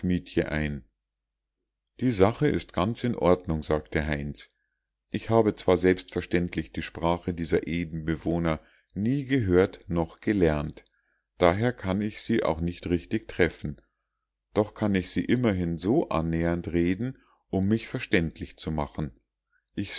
mietje ein die sache ist ganz in ordnung sagte heinz ich habe zwar selbstverständlich die sprache dieser edenbewohner nie gehört noch gelernt daher kann ich sie auch nicht richtig treffen doch kann ich sie immerhin so annähernd reden um mich verständlich zu machen